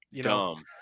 Dumb